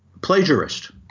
plagiarist